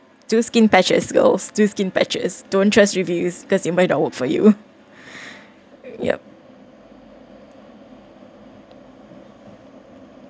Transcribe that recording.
do skin patches girls do skin patches don't trust reviews cause they might not work for you yup